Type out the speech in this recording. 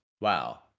Wow